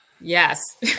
Yes